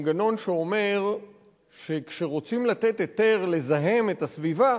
המנגנון שאומר שכשרוצים לתת היתר לזהם את הסביבה,